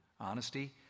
Honesty